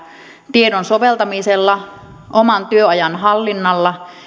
tiedon soveltamisella oman työajan hallinnalla